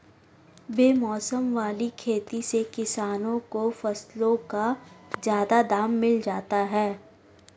बेमौसम वाली खेती से किसानों को फसलों का ज्यादा दाम मिल जाता है